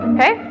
Okay